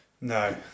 no